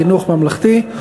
חינוך ממלכתי,